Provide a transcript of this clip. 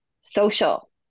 social